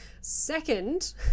Second